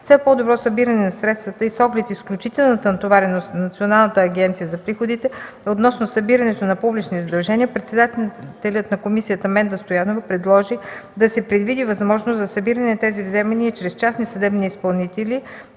цел по-добро събиране на средствата и с оглед изключителната натовареност на Националната агенция за приходите относно събирането на публични задължения, председателят на комисията Менда Стоянова предложи да се предвиди възможност за събиране на тези вземания и чрез частни съдебни изпълнители,